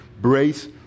brace